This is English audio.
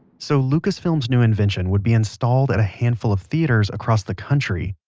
so lucasfilm's new invention would be installed at a handful of theaters across the country.